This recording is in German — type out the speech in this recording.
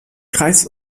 kreis